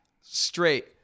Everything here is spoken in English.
straight